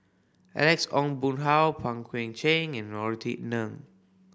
Alex Ong Boon Hau Pang Guek Cheng and Norothy Neng